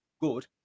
good